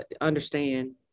understand